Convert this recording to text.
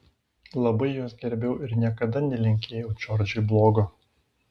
labai juos gerbiau ir niekada nelinkėjau džordžui blogo